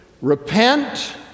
Repent